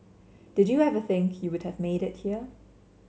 did you ever think you would have made it here